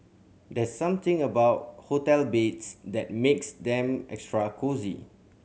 there's something about hotel beds that makes them extra cosy